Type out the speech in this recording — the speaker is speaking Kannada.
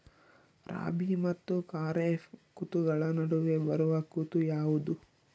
ರಾಬಿ ಮತ್ತು ಖಾರೇಫ್ ಋತುಗಳ ನಡುವೆ ಬರುವ ಋತು ಯಾವುದು?